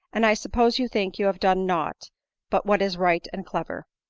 and i suppose you think you have done nought but what is right and clever.